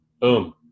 Boom